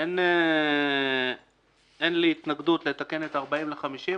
אין לי התנגדות לתקן את ה-40 ל-50,